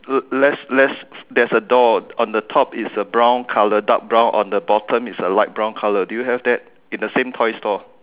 there's there's there is a door on the top is a brown colour dark brown on the bottom is a light brown colour do you have that in the same toy store